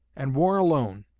and war alone,